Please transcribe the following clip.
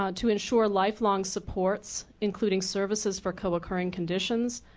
um to ensure lifelong supports including services for co-occurring conditions,